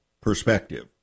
perspective